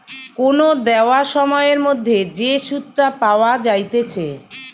কোন দেওয়া সময়ের মধ্যে যে সুধটা পাওয়া যাইতেছে